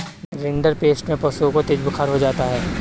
rinderpest में पशुओं को तेज बुखार हो जाता है